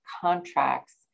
contracts